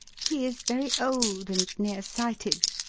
he is very old, and near-sighted.